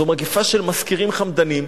זאת מגפה של משכירים חמדנים.